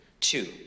Two